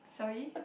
sorry